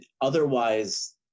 otherwise